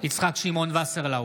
יצחק שמעון וסרלאוף,